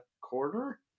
quarter